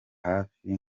hafi